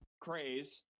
craze